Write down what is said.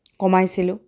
কমাইছিলোঁ